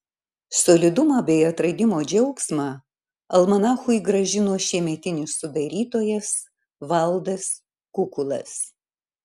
solidumą bei atradimo džiaugsmą almanachui grąžino šiemetinis sudarytojas valdas kukulas